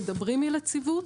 מדברים על יציבות